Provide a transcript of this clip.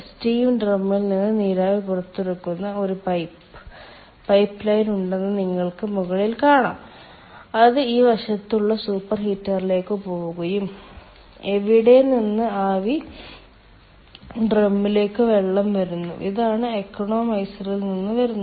steam ഡ്രമ്മിൽ നിന്ന് നീരാവി പുറത്തെടുക്കുന്ന ഒരു പൈപ്പ് ലൈൻ ഉണ്ടെന്ന് നിങ്ങൾക്ക് മുകളിൽ കാണാം അത് ഈ വശത്തുള്ള സൂപ്പർഹീറ്റിലേക്ക് പോകുകയും എവിടെ നിന്ന് ആവി ഡ്രമ്മിലേക്ക് വെള്ളം വരുന്നു ഇതാണ് ഇക്കണോമൈസറിൽ നിന്ന് വരുന്നു